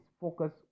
focus